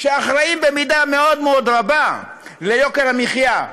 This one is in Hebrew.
והם אחראים במידה מאוד מאוד רבה ליוקר המחיה.